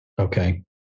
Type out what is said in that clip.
Okay